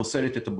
שחורגת פוסלת.